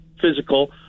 physical